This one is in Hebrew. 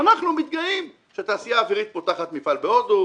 ואנחנו מתגאים שהתעשייה האווירית פותחת מפעל בהודו,